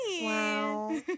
Wow